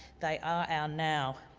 they are our now.